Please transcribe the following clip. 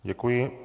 Děkuji.